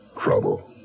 trouble